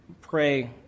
pray